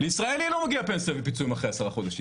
לישראלי לא מגיע פנסיה ופיצויים אחרי עשרה חודשים.